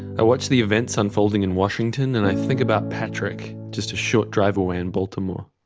i watched the events unfolding in washington and i think about patrick just a short drive away in baltimore.